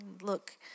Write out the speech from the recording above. look